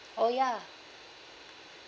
oh ya